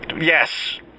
Yes